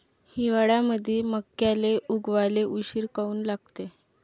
हिवाळ्यामंदी मक्याले उगवाले उशीर काऊन लागते?